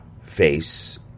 face